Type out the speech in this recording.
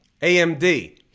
AMD